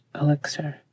Elixir